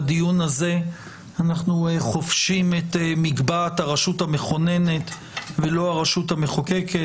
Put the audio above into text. בדיון הזה אנחנו חובשים את מגבעת הרשות המכוננת ולא הרשות המחוקקת,